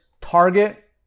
target